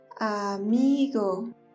amigo